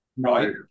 right